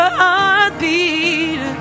Heartbeat